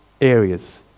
areas